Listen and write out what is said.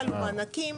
הכפלנו מענקים,